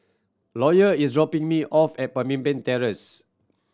Lawyer is dropping me off at Pemimpin Terrace